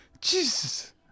Jesus